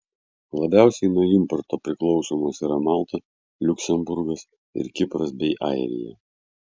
labiausiai nuo importo priklausomos yra malta liuksemburgas ir kipras bei airija